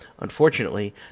Unfortunately